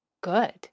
good